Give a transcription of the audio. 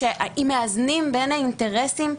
אם מאזנים בין האינטרסים,